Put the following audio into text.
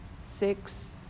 six